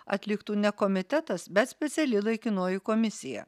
atliktų ne komitetas bet speciali laikinoji komisija